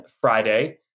Friday